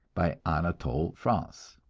by anatole france.